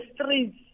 streets